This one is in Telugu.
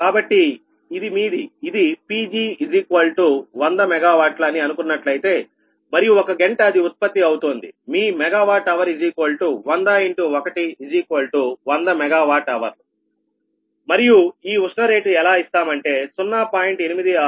కాబట్టి ఇది మీది ఇది Pg 100 MW అని అనుకున్నట్లయితే మరియు ఒక గంట అది ఉత్పత్తి అవుతోంది మీ MWh100×1100 MWh మరియు ఈ ఉష్ణ రేటు ఎలా ఇస్తామంటే 0